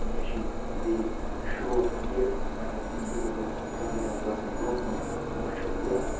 مےٚ چھِ بیٚیہِ شوق یہِ پَننہِ زِندگی منٛز گوٚژھُس بہٕ کامیاب گژھُن برٛۄنٛہہ کُن وُچھُن یِہِ ہان